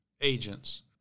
agents